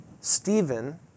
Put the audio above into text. Stephen